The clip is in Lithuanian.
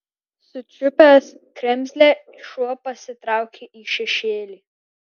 sučiupęs kremzlę šuo pasitraukė į šešėlį